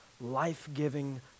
life-giving